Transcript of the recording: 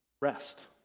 rest